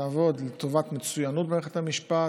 תעבוד לטובת מצוינות במערכת המשפט,